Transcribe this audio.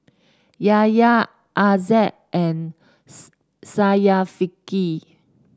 Yahya Aizat and Syafiqah